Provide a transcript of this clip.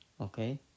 okay